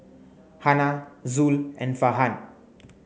Hana Zul and Farhan